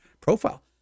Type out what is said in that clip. profile